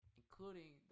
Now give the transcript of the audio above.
including